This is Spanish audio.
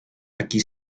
aquí